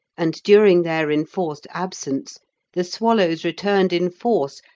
and during their enforced absence the swallows returned in force,